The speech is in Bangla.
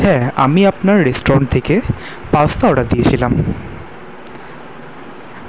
হ্যাঁ আমি আপনার রেস্টরন্ট থেকে পাস্তা অর্ডার দিয়েছিলাম